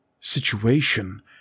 situation